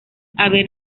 haber